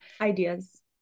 ideas